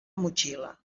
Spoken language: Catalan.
motxilla